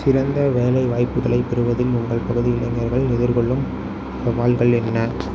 சிறந்த வேலைவாய்ப்புகளைப் பெறுவதில் உங்கள் பகுதி இளைஞர்கள் எதிர்கொள்ளும் சவால்கள் என்ன